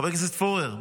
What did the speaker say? חבר הכנסת פורר,